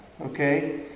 Okay